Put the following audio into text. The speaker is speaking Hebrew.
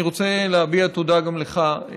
אני רוצה להביע תודה גם לך,